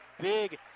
big